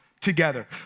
together